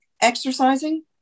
exercising